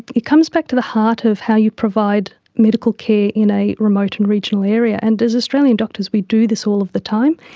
it comes back to the heart of how you provide medical care in a remote and regional area, and as australian doctors we do this all of the time.